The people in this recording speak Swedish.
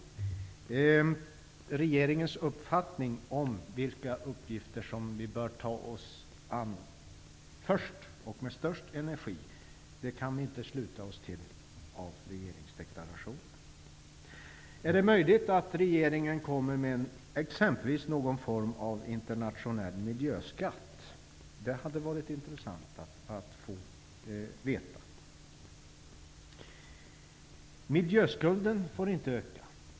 Vi kan inte av regeringsdeklarationen sluta oss till regeringens uppfattning om vilka uppgifter vi bör ta oss an först och med störst energi. Är det möjligt att regeringen kommer med förslag om någon form av internationell miljöskatt? Det hade varit intressant att få veta. Det nämns också i regeringsdeklarationen att miljöskulden inte får öka.